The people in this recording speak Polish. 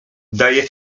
daje